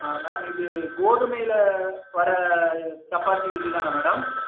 ஆ ma'am இது கோதுமையில வர்ற சப்பாத்தி இது தானா மேடம்